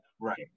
Right